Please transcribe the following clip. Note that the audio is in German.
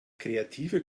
kreative